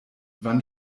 wann